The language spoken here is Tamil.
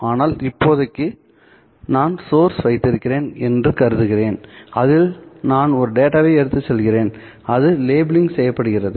ஆனால் இப்போதைக்கு நான் சோர்ஸ் வைத்திருக்கிறேன் என்று கருதுகிறேன் அதில் நான் ஒரு டேட்டாவை எடுத்து செல்கிறேன் அல்லது லேபிளிங் செய்யப்படுகிறது